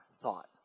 thought